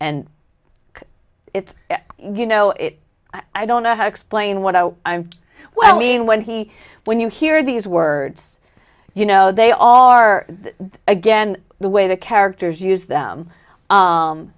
and it's you know it i don't know how to explain what i know i'm well mean when he when you hear these words you know they all are again the way the characters use them